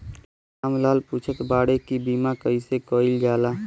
राम लाल पुछत बाड़े की बीमा कैसे कईल जाला?